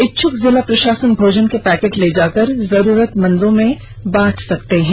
इच्छुक जिला प्रशासन भोजन के पैकेट ले जाकर जरूरतमंदों में बांट सकते हैं